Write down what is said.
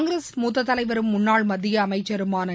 காங்கிரஸ் மூத்த தலைவரும் முன்னாள் மத்திய அமைச்சருமான திரு